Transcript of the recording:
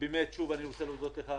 שוב, אני רוצה להודות לך,